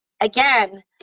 again